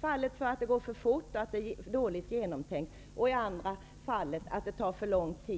för att det går för fort och att det är dåligt genomtänkt, och i andra fallet för att det tar för lång tid.